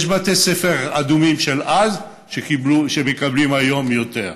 יש בתי ספר אדומים של אז שמקבלים היום יותר.